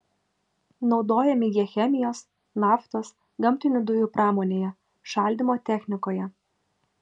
naudojami jie chemijos naftos gamtinių dujų pramonėje šaldymo technikoje